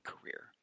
career